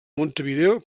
montevideo